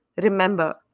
remember